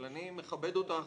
אבל אני מכבד אותך